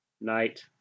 night